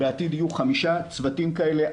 בעתיד יהיו חמישה צוותים כאלה.